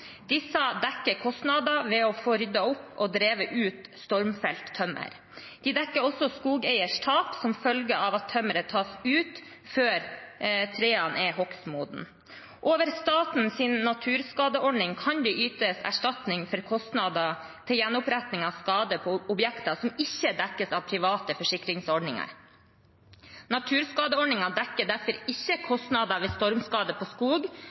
Disse dekker kostnader ved å få ryddet opp og drevet ut stormfelt tømmer. De dekker også skogeiers tap som følge av at tømmeret tas ut før trærne er hogstmodne. Over statens naturskadeordning kan det ytes erstatning for kostnader til gjenoppretting av skade på objekter som ikke dekkes av private forsikringsordninger. Naturskadeordningen dekker derfor ikke kostnader ved stormskader på skog,